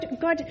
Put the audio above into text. God